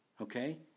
Okay